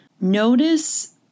Notice